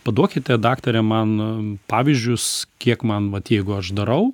paduokite daktare man pavyzdžius kiek man vat jeigu aš darau